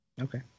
Okay